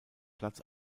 platz